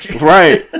Right